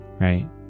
right